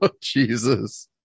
jesus